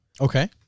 Okay